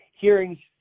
hearing